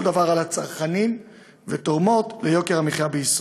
דבר על הצרכנים ומוסיפות ליוקר המחיה בישראל.